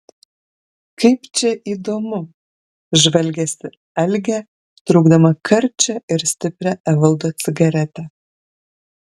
kaip čia įdomu žvalgėsi algė traukdama karčią ir stiprią evaldo cigaretę